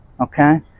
Okay